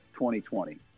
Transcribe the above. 2020